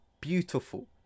Beautiful